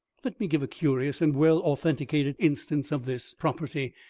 let me give a curious and well-authenticated instance of this property,